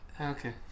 Okay